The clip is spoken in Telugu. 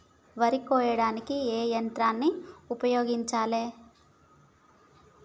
వరి కొయ్యడానికి ఏ యంత్రాన్ని ఉపయోగించాలే?